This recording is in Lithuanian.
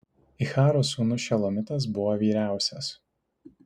iccharo sūnus šelomitas buvo vyriausias